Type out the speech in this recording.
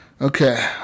Okay